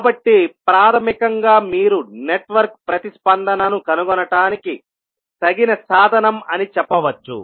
కాబట్టి ప్రాథమికంగా మీరు నెట్వర్క్ ప్రతిస్పందనను కనుగొనటానికి తగిన సాధనం అని చెప్పవచ్చు